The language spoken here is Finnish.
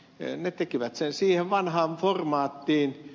he tekivät sen siihen vanhaan formaattiin